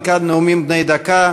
עד כאן נאומים בני דקה.